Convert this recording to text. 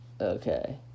Okay